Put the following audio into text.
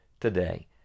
today